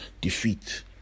defeat